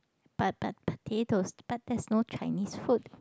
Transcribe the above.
but but potatoes but there's no Chinese food